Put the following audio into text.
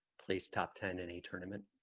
place top ten any tournament